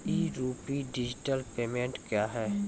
ई RUPI digital payment क्या हैं?